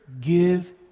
give